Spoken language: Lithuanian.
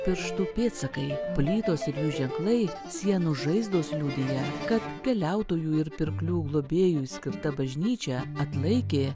pirštų pėdsakai plytos jų ženklai sienų žaizdos liudija kad keliautojų ir pirklių globėjui skirta bažnyčia atlaikė